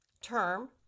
term